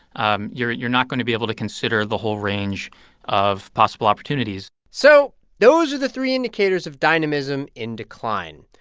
um you're you're not going to be able to consider the whole range of possible opportunities so those are the three indicators of dynamism in decline.